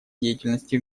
деятельности